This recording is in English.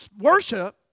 worship